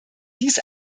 dies